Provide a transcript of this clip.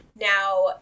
now